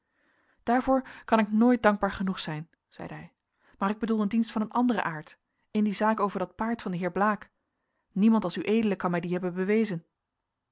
daarvoor kan ik nooit dankbaar genoeg zijn zeide hij maar ik bedoel een dienst van een anderen aard in die zaak over dat paard van den heer blaek niemand als ued kan mij die hebben bewezen